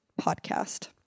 podcast